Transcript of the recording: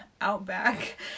outback